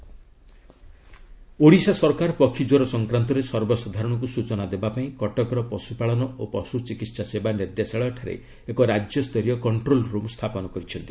Odisha bird flu Odisha ସରକାର ପକ୍ଷୀଜ୍ୱର ସଂକ୍ରାନ୍ତରେ ସର୍ବସାଧାରଣଙ୍କୁ ସୂଚନା ଦେବାପାଇଁ କଟକର ପଶୁପାଳନ ଓ ପଶୁଚିକିତ୍ସା ସେବା ନିର୍ଦ୍ଦେଶାଳୟଠାରେ ଏକ ରାଜ୍ୟସ୍ତରୀୟ କଣ୍ଟ୍ରୋଲ୍ ରୁମ୍ ସ୍ଥାପନ କରିଛନ୍ତି